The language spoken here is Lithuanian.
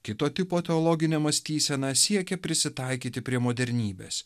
kito tipo teologinė mąstysena siekia prisitaikyti prie modernybės